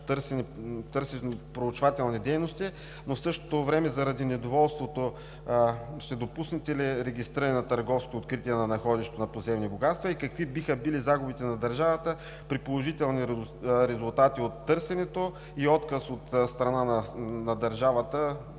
проучвателни дейности, но в същото време заради недоволството ще допуснете ли регистриране на търговско откритие на находището на подземни богатства? И какви биха били загубите на държавата при положителни резултати от търсенето и отказ от страна на държавата